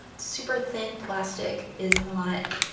super thin plastic is not